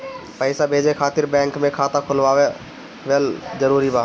पईसा भेजे खातिर बैंक मे खाता खुलवाअल जरूरी बा?